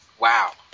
Wow